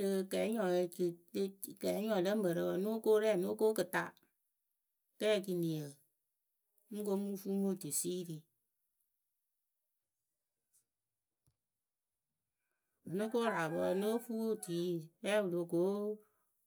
Rɨ kɛɛnyɔɛ lǝ mǝrǝ wǝǝ nóo ko rɛ nóo ko kɨta. Rɛ kɨniǝ mɨŋ ko mɨŋ fuu mo tusiiri Vǝ́ no ko wɨraakpǝ wǝǝ nóo fuu otui rɛ wɨ loh ko